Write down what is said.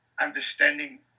understanding